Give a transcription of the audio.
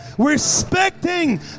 respecting